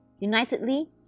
Unitedly